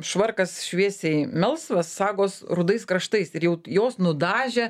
švarkas šviesiai melsvas sagos rudais kraštais ir jau jos nudažė